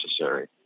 necessary